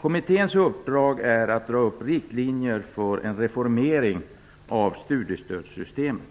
Kommitténs uppdrag är att dra upp riktlinjer för en reformering av studiestödssystemet.